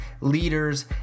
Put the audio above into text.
leaders